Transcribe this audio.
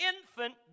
infant